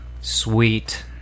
Sweet